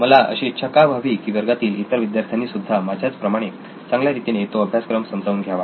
मला अशी इच्छा का व्हावी की वर्गातील इतर विद्यार्थ्यांनी सुद्धा माझ्याच प्रमाणे चांगल्या रितीने तो अभ्यासक्रम समजावून घ्यावा